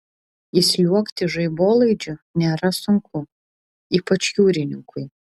įsliuogti žaibolaidžiu nėra sunku ypač jūrininkui